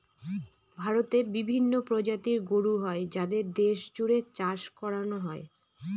ভারতে বিভিন্ন প্রজাতির গরু হয় যাদের দেশ জুড়ে চাষ করানো হয়